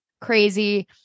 crazy